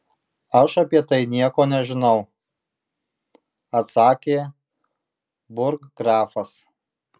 aš apie tai nieko nežinau atsakė burggrafas